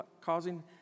causing